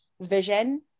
vision